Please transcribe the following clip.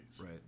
Right